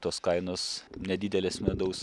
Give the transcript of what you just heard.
ir tos kainos nedidelės medaus